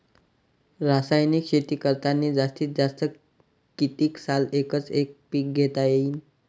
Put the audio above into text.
रासायनिक शेती करतांनी जास्तीत जास्त कितीक साल एकच एक पीक घेता येईन?